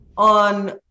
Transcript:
on